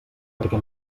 perquè